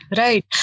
right